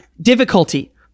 Difficulty